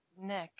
Nick